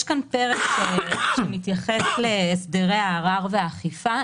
יש כאן פרק שמתייחס להסדרי הערר והאכיפה.